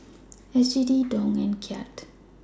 S G D Dong and Kyat